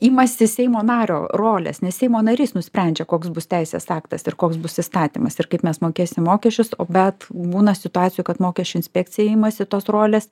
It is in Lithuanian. imasi seimo nario rolės ne seimo narys nusprendžia koks bus teisės aktas ir koks bus įstatymas ir kaip mes mokėsim mokesčius o bet būna situacijų kad mokesčių inspekcija imasi tos rolės